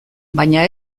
baina